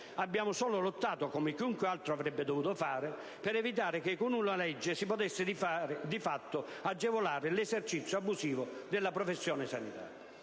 abbiamo solo lottato, come chiunque altro avrebbe dovuto fare, per evitare che con una legge si potesse di fatto agevolare l'esercizio abusivo della professione sanitaria.